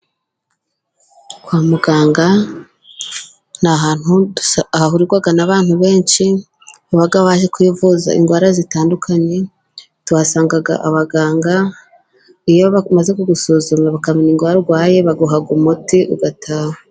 Kwa muganga ni ahantu hahurirwa n'abantu benshi baba baje kwivuza indwara zitandukanye, tuhasanga abaganga, iyo bamaze kugusuzuma bakamenya indwara urwaye, baguha umuti ugataha.